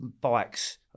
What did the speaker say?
bikes